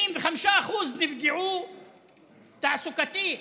75% נפגעו תעסוקתית.